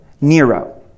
Nero